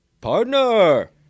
Partner